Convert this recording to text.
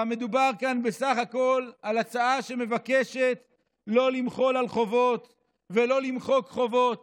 מדובר כאן בסך הכול על הצעה שמבקשת לא למחול על חובות ולא למחוק חובות